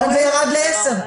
לכן זה ירד ל-10.